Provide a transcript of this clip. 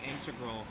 integral